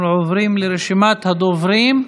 אנחנו עוברים לרשימת הדוברים.